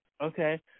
Okay